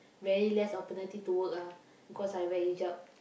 very less opportunity to work ah because I wear hijab